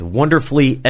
wonderfully